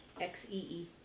X-E-E